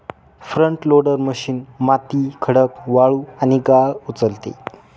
front loader machine माती, खडक, वाळू आणि गाळ उचलते